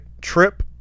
trip